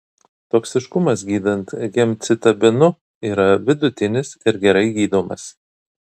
toksiškumas gydant gemcitabinu yra vidutinis ir gerai gydomas